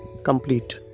complete